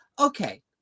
Okay